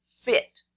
fit